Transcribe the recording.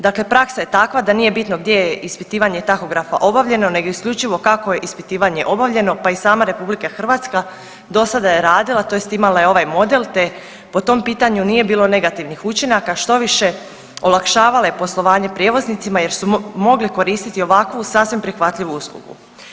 Dakle praksa je takva da nije bitno gdje je ispitivanje tahografa obavljeno nego isključivo kako je ispitivanje obavljeno, pa i sama RH do sada je radila, tj. imala je ovaj model te po tom pitanju nije bilo negativnih učinaka, štoviše, olakšavala je poslovanje prijevoznicima jer su mogli koristiti ovakvu sasvim prihvatljivu uslugu.